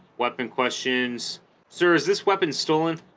weapon questions sir is this weapon stolen